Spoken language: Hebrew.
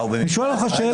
אני שואל אותך שאלה.